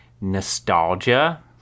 nostalgia